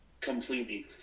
completely